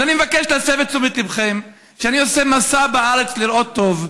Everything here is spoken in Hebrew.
אז אני מבקש להסב את תשומת ליבכם שאני עושה מסע בארץ לראות טוב.